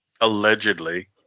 Allegedly